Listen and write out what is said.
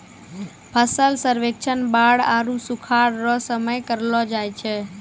फसल सर्वेक्षण बाढ़ आरु सुखाढ़ रो समय करलो जाय छै